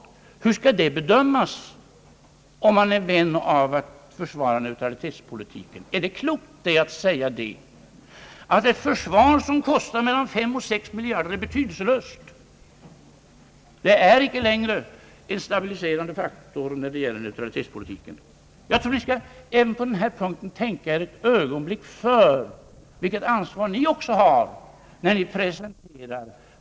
Hur skall det bedömas, om man är vän av att försvara neutralitetspolitiken? Är det klokt att säga att ett försvar, som kostar mellan 5 och 6 miljarder kronor, är betydelselöst och inte längre en stabiliserande faktor när det gäller neutralitetspolitiken? Jag tror att ni även på denna punkt skall tänka ett ögonblick på vilket ansvar också ni har när ni gör era uttalanden. Herr Holmberg!